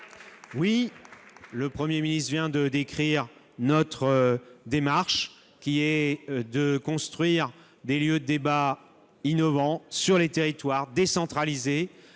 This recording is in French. le Premier ministre vient de décrire notre démarche, qui est de construire des lieux de débat innovants sur les territoires, décentralisés,